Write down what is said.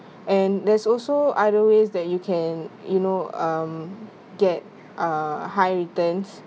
and there's also other ways that you can you know um get uh high returns